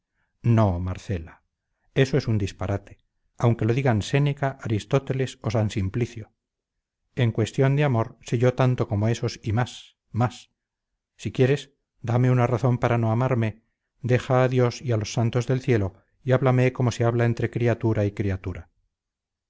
no marcela eso es un disparate aunque lo digan séneca aristóteles o san simplicio en cuestión de amor sé yo tanto como esos y más más si quieres darme una razón para no amarme deja a dios y a los santos en el cielo y háblame como se habla entre criatura y criatura